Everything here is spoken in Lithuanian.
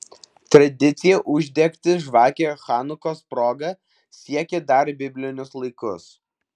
tradicija uždegti žvakę chanukos proga siekia dar biblinius laikus